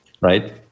right